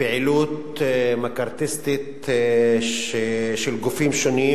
לפעילות מקארתיסטית של גופים שונים,